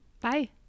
bye